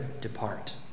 depart